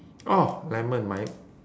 oh lemon my